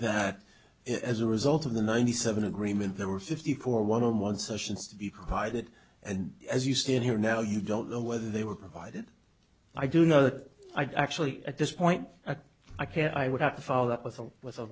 that as a result of the ninety seven agreement there were fifty four one on one sessions to be provided and as you stand here now you don't know whether they were provided i do know that i actually at this point i can't i would have to follow up with a with a